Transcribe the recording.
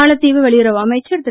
மாலத்தீவு வெளியுறவு அமைச்சர் திரு